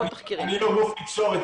אני לא גוף תקשורת,